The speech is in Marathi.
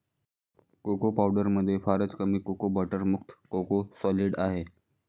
कोको पावडरमध्ये फारच कमी कोको बटर मुख्यतः कोको सॉलिड आहे